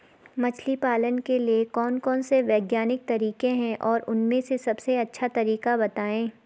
मछली पालन के लिए कौन कौन से वैज्ञानिक तरीके हैं और उन में से सबसे अच्छा तरीका बतायें?